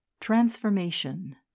Transformation